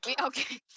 okay